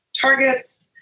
targets